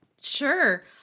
Sure